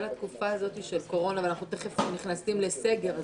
התקופה הזאת של קורונה ושתיכף אנחנו נכנסים לסגר,